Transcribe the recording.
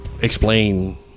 explain